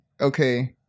Okay